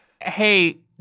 Hey